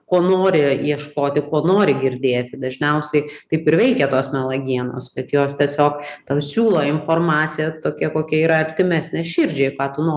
ko nori ieškoti ko nori girdėti dažniausiai taip ir veikia tos melagienos bet jos tiesiog tau siūlo informaciją tokia kokia yra artimesnė širdžiai ką tu nori